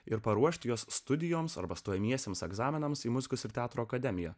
ir paruošti juos studijoms arba stojamiesiems egzaminams į mus ir teatro akademiją